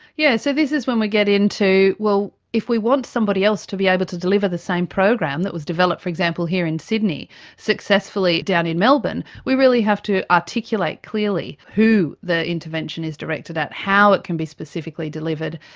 yes, so this is where we get into, well, if we want somebody else to be able to deliver the same program that was developed, for example, here in sydney successfully down in melbourne, we really have to articulate clearly who the intervention is directed at, how it can be specifically delivered,